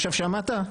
עכשיו שמעת?